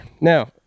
Now